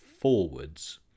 forwards